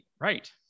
right